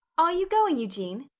are you going, eugene?